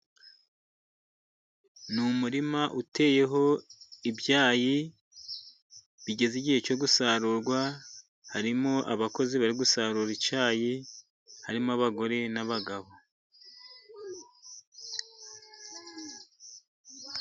Ni umurima uteyeho ibyayi bigeze igihe cyo gusarurwa. Harimo abakozi bari gusarura icyayi, harimo abagore n'abagabo.